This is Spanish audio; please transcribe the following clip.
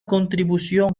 contribución